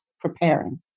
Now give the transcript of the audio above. preparing